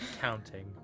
counting